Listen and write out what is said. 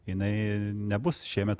jinai nebus šiemet